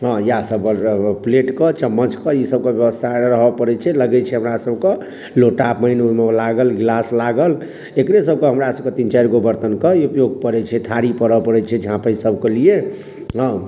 हॅं इएह सभ बड़ प्लेट के चम्मच के ई सभ के ब्यवस्था रहय पड़ै छै लगै छै हमरा सभके लोटा पानि ओहिमे लागल ग्लास लागल एकरे सभके हमरा सभके तीन चारिगो बर्तन के ई उपयोग पड़ै छै थारी पड़ै छै झाँपै सभके लिए हँ